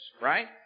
right